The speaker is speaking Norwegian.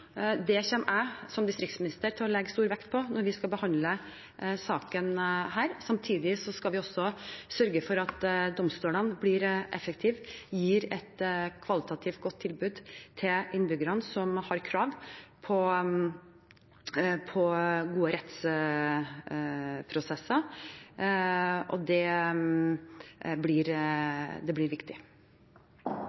Det kommer jeg som distriktsminister til å legge stor vekt på når vi skal behandle denne saken. Samtidig skal vi sørge for at domstolene blir effektive og gir et kvalitativt godt tilbud til innbyggerne, som har krav på gode rettsprosesser. Det blir